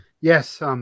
Yes